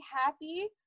happy